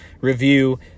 review